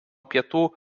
pietų